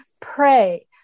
pray